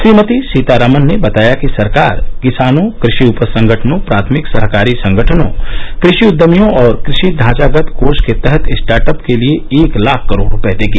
श्रीमती सीतारामन ने बताया कि सरकार किसानों कृषि उपज संगठनों प्राथमिक सहकारी संगठनों कृषि उद्यमियों और कृषि ढांचागत कोष के तहत स्टार्टअप के लिए एक लाख करोड रुपये देगी